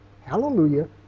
Hallelujah